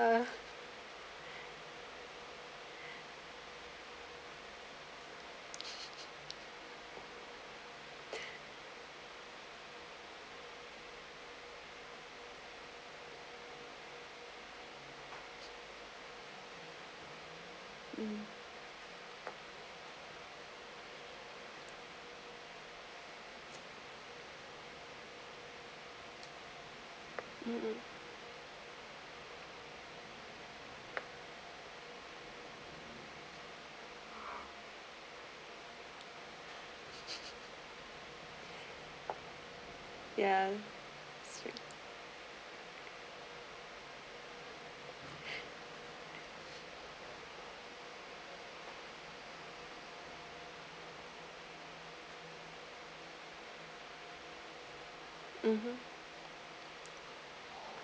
mm mm mm ya sweet mmhmm